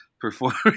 performing